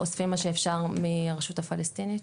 אוספים מה שאפשר מהרשות הפלסטינית.